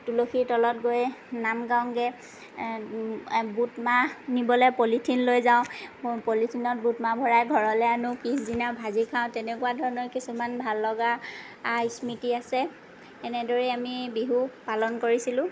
তুলসীৰ তলত গৈ নাম গাওঁগৈ বুটমাহ নিবলে পলিথিন লৈ যাওঁ পলিথিনত বুটমাহ ভৰাই ঘৰলৈ আনোঁ পিছদিনা ভাজি খাঁও তেনেকুৱা ধৰণৰ কিছুমান ভাল লগা স্মৃতি আছে এনেদৰেই আমি বিহু পালন কৰিছিলোঁ